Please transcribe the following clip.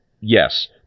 yes